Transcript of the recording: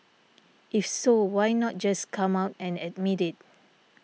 if so why not just come out and admit it